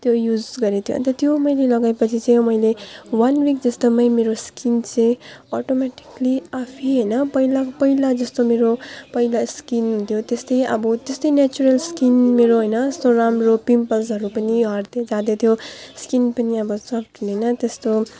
त्यो युज गरेको थियो अन्त त्यो मैले लगाएपछि चाहिँ मैले वान विक जस्तोमै मेरो स्किन चाहिँ अटोमेटिकली आफै होइन पहिला पहिला जस्तो मेरो पहिला स्किन हुन्थ्यो त्यस्तै अब त्यस्तै नेचुरल स्किन मेरो होइन यस्तो राम्रो पिम्पल्सहरू पनि हट्दै जाँदैथ्यो स्किन पनि अब सोफ्ट होइन त्यस्तो